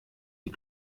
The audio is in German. die